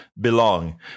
belong